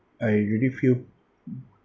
I usually feel